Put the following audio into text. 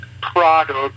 products